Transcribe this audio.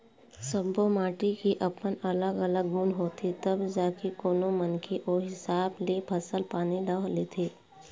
सब्बो माटी के अपन अलग अलग गुन होथे तब जाके कोनो मनखे ओ हिसाब ले फसल पानी ल लेथे